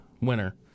winner